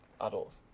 adults